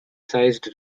sized